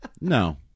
No